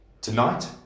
Tonight